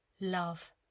Love